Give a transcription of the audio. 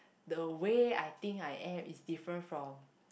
the way I think I act is different from